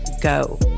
go